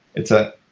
it's a